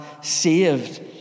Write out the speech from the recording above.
saved